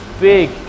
big